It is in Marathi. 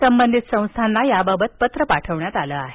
संबंधित संस्थांना याबाबत पत्र पाठवण्यात आलं आहे